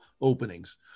openings